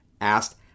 asked